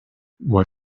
what